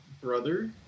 brother